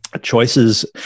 choices